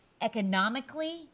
economically